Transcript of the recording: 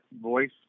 voice